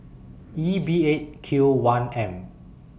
E B eight Q one M